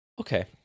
Okay